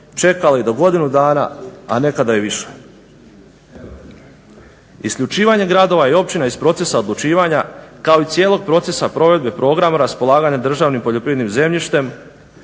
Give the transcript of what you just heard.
čekali do godinu dana, a nekada i više. Isključivanje gradova i općina iz procesa odlučivanja kao i cijelog procesa provedbe programa raspolaganjem državnim poljoprivrednim zemljištem